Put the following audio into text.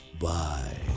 bye